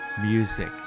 music